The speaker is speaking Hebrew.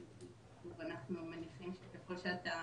אנחנו מניחים שככול שאתה